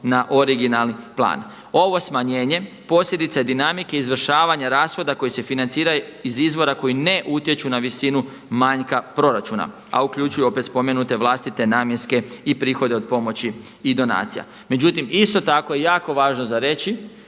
na originalni plan. Ovo smanjenje posljedica je dinamike izvršavanja rashoda koji se financiraju iz izvora koji ne utječu na visinu manjka proračuna a uključuju opet spomenute vlastite namjenske i prihode od pomoći i donacija. Međutim, isto tako je jako važno za reći